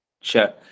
Sure